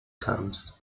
terms